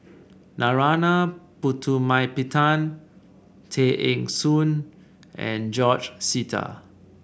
Narana Putumaippittan Tay Eng Soon and George Sita